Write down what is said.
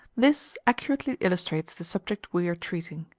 this accurately illustrates the subject we are treating.